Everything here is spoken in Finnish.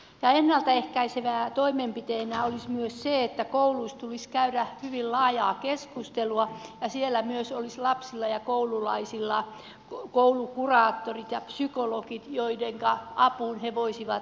ennalta ehkäisevänä toimenpiteenä olisi myös se että kouluissa tulisi käydä hyvin laajaa keskustelua ja siellä myös olisi lapsilla ja koululaisilla koulukuraattorit ja psykologit joidenka apuun he voisivat turvautua